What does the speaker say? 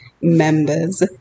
members